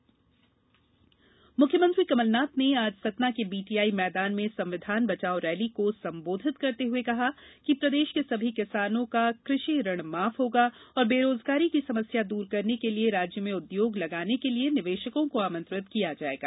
CM Satna मुख्यमंत्री कमल नाथ ने आज सतना के बीटीआई मैदान में संविधान बचाओ रैली को संबोधित करते हुए कहा कि प्रदेश के सभी किसानों का कृषि ऋण माफ होगा और बेरोजगारी की समस्या दूर करने के लिये राज्य में उद्योग लगाने के लिये निवेशकों को आमंत्रित किया जाएगा